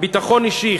ביטחון אישי,